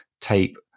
tape